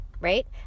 right